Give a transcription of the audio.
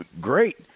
Great